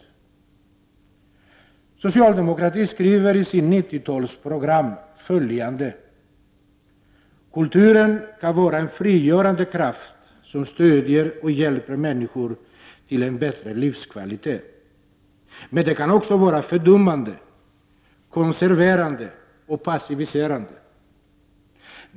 Socialdemokratin skriver i sitt 90-talsprogram följande: ”Kulturen kan vara en frigörande kraft som stöder och hjälper människor till en bättre livskvalitet. Men den kan också vara fördummande, konserverande och passiviserande.